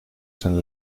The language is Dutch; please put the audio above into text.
zijn